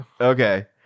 Okay